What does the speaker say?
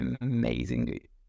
amazingly